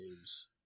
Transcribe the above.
games